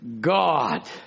God